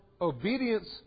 obedience